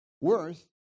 Worth